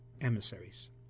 emissaries